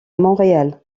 montréal